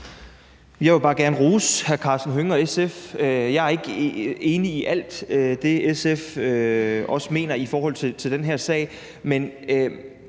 Jeg vil bare gerne rose hr. Karsten Hønge og SF. Jeg er ikke enig i alt det, SF også mener i forhold til den her sag,